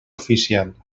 oficial